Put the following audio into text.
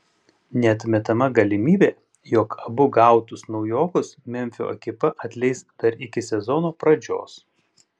neatmetama galimybė jog abu gautus naujokus memfio ekipa atleis dar iki sezono pradžios